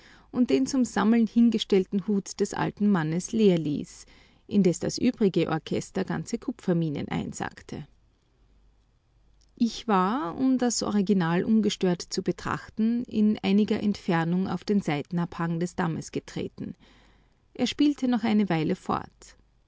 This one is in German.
und den zum sammeln hingestellten hut des alten mannes leer ließ indes das übrige orchester ganze kupferminen einsackte ich war um das original ungestört zu betrachten in einiger entfernung auf den seitenabhang des dammes getreten er spielte noch eine weile fort